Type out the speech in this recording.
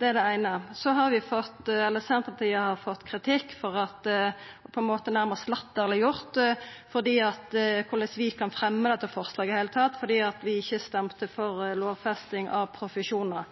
Det er det eine. Senterpartiet har fått kritikk og vorte nærmast latterleggjort for at vi i det heile tatt fremja dette forslaget, når vi ikkje stemte for lovfesting av profesjonar.